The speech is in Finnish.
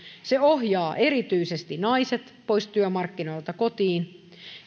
se ohjaa erityisesti naiset pois työmarkkinoilta kotiin